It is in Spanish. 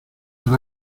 hará